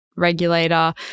regulator